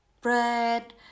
bread